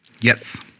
Yes